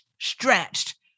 stretched